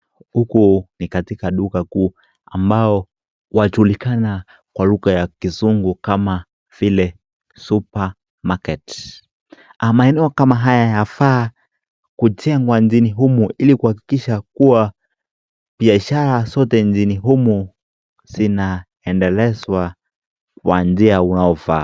Huku ni katika duka kuu ambao wajulikana kwa lugha ya kizungu kama supermarket maeneo kama haya yafaa kujengwa nchini humu ili kuhakikisha kuwa biashara zote nchini humu zinaendelezwa kwa njia unaofaa.